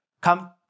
Come